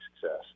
success